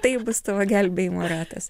tai bus tavo gelbėjimo ratas